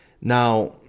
Now